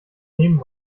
neben